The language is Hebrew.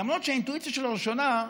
למרות שבאינטואיציה הראשונה שלו,